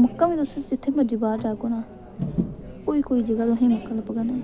मक्कां बी तुस जित्थै मर्जी बाह्र जाह्गे ओ ना कोई कोई जगह् तुसें गी मक्कां लभगन